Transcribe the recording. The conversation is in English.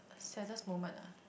uh saddest moment ah